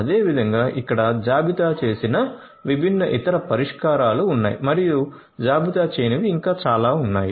అదేవిధంగా ఇక్కడ జాబితా చేసిన విభిన్న ఇతర పరిష్కారాలు ఉన్నాయి మరియు జాబితా చేయనివి ఇంకా చాలా ఉన్నాయి